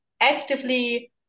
actively